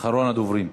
אחרון הדוברים.